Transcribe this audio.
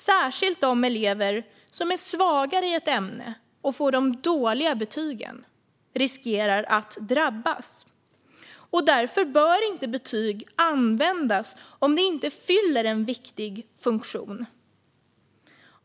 Särskilt de elever som är svagare i ett ämne och får de dåliga betygen löper risk att drabbas. Därför bör betyg inte användas om de inte fyller en viktig funktion.